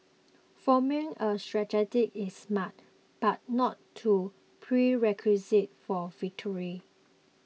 forming a strategy is smart but not to prerequisite for victory